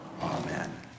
Amen